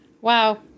Wow